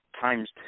times